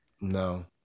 No